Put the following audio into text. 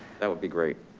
that would be great.